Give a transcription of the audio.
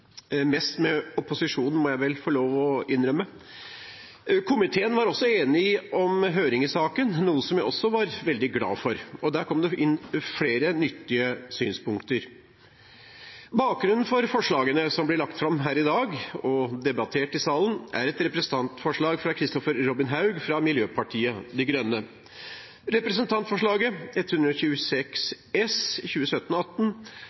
mest med opposisjonen, må jeg få lov til å innrømme. Komiteen var enig om høring i denne saken, noe jeg er veldig glad for. Der kom det inn flere nyttige synspunkter. Bakgrunnen for forslagene som blir lagt fram her i dag og debattert i salen, er et representantforslag fra Kristoffer Robin Haug fra Miljøpartiet De Grønne. Representantforslaget,